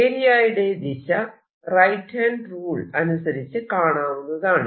ഏരിയയുടെ ദിശ right hand rule അനുസരിച്ച് കാണാവുന്നതാണ്